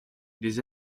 des